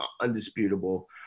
undisputable